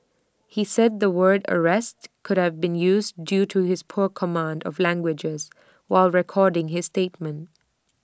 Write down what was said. he said the word arrest could have been used due to his poor command of languages while recording his statement